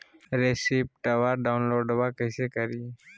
रेसिप्टबा डाउनलोडबा कैसे करिए?